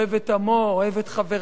אוהב את עמו, אוהב את חבריו,